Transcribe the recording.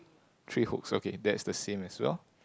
three hooks okay that's the same as well